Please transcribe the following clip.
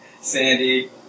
Sandy